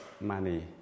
money